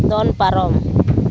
ᱫᱚᱢ ᱯᱟᱨᱚᱢ